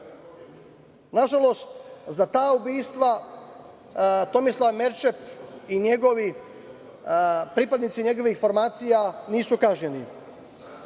Nažalost, za ta ubistva Tomislav Merčep i pripadnici njegovih formacija nisu kažnjeni. Imali